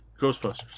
Ghostbusters